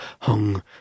hung